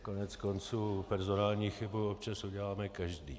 Koneckonců personální chybu občas uděláme každý.